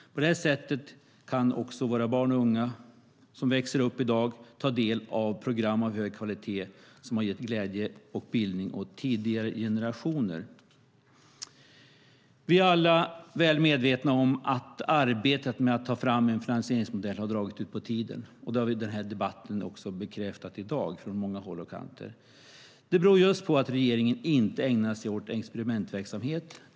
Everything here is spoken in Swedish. På det här sättet kan barn och unga som växer upp i dag ta del av program av hög kvalitet som har gett glädje och bildning åt tidigare generationer. Vi är alla alltför väl medvetna om att arbetet med att ta fram en finansieringsmodell har dragit ut på tiden. Det har också dagens debatt bekräftat. Det beror just på att regeringen inte ägnar sig åt experimentverksamhet.